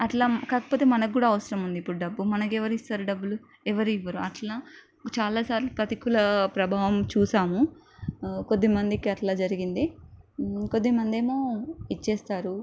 అట్లా కాకపోతే మనకు కూడా అవసరం ఉంది ఇప్పుడు డబ్బు మనకు ఎవరు ఇస్తారు డబ్బులు ఎవ్వరు ఇవ్వరు అట్లా చాలా సార్లు ప్రతికూల ప్రభావం చూసాము కొద్దిమందికి అట్లా జరిగింది కొద్దిమంది ఏమో ఇచ్చేస్తారు